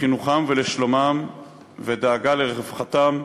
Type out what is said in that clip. לחינוכם ולשלומם ולדאגה לרווחתם,